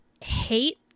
hate